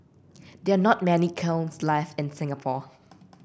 there not many kilns left in Singapore